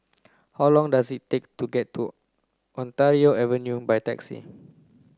how long does it take to get to Ontario Avenue by taxi